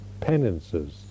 penances